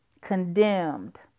condemned